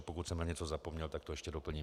Pokud jsem na něco zapomněl, tak to ještě doplním.